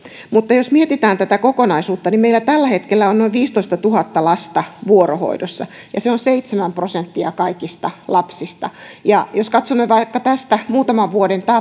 mutta jos mietitään tätä kokonaisuutta niin meillä tällä hetkellä on noin viisitoistatuhatta lasta vuorohoidossa ja se on seitsemän prosenttia kaikista lapsista ja jos katsomme tästä vaikka muutaman vuoden